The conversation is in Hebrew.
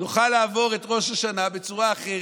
נוכל לעבור את ראש השנה בצורה אחרת,